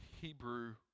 Hebrew